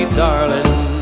darling